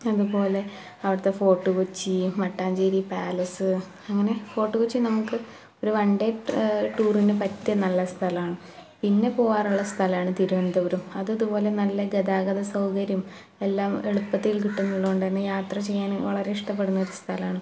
അതുപോലെ അവിടുത്തെ ഫോർട്ട് കൊച്ചി മട്ടാഞ്ചേരി പാലസ് അങ്ങനെ ഫോർട്ട് കൊച്ചി നമുക്ക് ഒരു വൺ ഡേ ടൂറിന് പറ്റിയ നല്ല സ്ഥലമാണ് പിന്നെ പോകാറുള്ള സ്ഥലമാണ് തിരുവനന്തപുരം അത് ഇതുപോലെ നല്ല ഗതാഗത സൗകര്യം എല്ലാം എളുപ്പത്തിൽ കിട്ടുന്നുള്ളോണ്ട് തന്നെ യാത്ര ചെയ്യാൻ വളരെ ഇഷ്ടപ്പെടുന്നൊരു സ്ഥലമാണ്